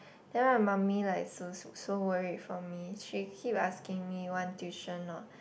then my mummy like so so worried for me she keep asking me want tuition not